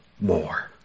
more